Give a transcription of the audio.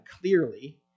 clearly